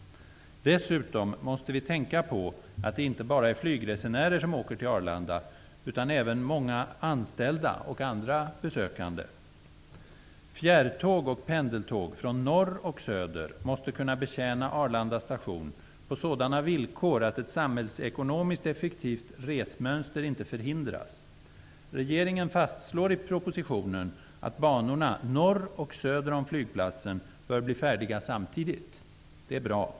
Dessutom måste vi tänka på att det inte bara är flygresenärer som åker till Arlanda utan även många anställda och andra besökande. Fjärrtåg och pendeltåg från norr och söder måste kunna betjäna Arlanda station på sådana villkor att det inte förhindrar uppkomsten av ett samhällsekonomiskt effektivt resmönster. Regeringen fastslår i propositionen att banorna norr och söder om flygplatsen bör bli färdiga samtidigt. Det är bra.